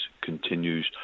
continues